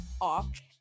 off